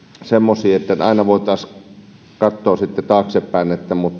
semmoisia että aina voitaisiin katsoa taaksepäin